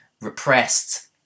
repressed